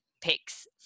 picks